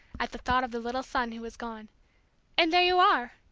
at the thought of the little son who was gone and there you are!